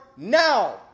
Now